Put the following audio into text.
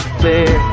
clear